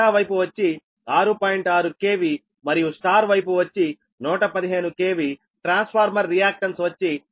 6 KV మరియు Y వైపు వచ్చి 115 KV ట్రాన్స్ఫార్మర్ రియాక్టన్స్ వచ్చి 0